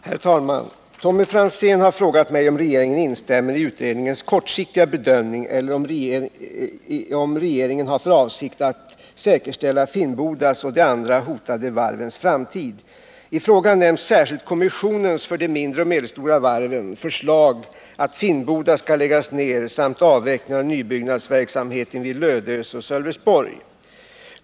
Herr talman! Tommy Franzén har frågat mig om regeringen instämmer i utredningens kortsiktiga bedömning eller om regeringen har för avsikt att säkerställa Finnbodas och de andra hotade varvens framtid. I frågan nämns särskilt kommissionens för de mindre och medelstora varven förslag att Finnboda skall läggas ner samt avvecklingen av nybyggnadsverksamheten vid Lödöse och Sölvesborg.